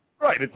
Right